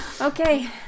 Okay